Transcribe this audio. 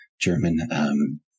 German